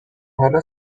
حالا